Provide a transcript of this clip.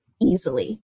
easily